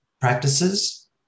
practices